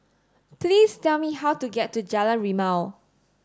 please tell me how to get to Jalan Rimau